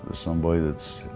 somebody that's,